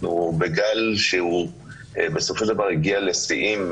אנחנו בגל שבסופו של דבר הגיע לשיאים,